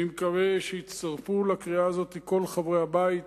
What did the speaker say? אני מקווה שיצטרפו לקריאה הזאת כל חברי הבית.